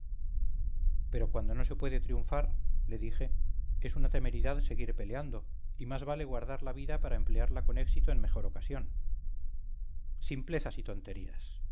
pero cuando no se puede triunfar le dije es una temeridad seguir peleando y másvale guardar la vida para emplearla con éxito en mejor ocasión simplezas y tonterías